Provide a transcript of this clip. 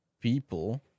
people